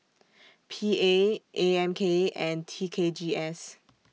P A A M K and T K G S